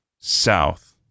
South